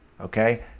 okay